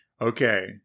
Okay